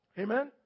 Amen